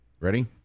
Ready